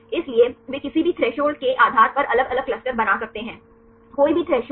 इसलिए वे किसी भी थ्रेसहोल्ड के के आधार पर अलग अलग क्लस्टर बना सकते हैं कोई भी थ्रेसहोल्ड